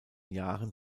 jahren